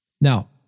Now